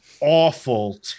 awful